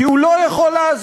כי הוא לא יכול לעזור.